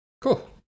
Cool